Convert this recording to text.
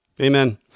Amen